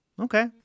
Okay